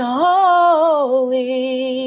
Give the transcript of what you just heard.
holy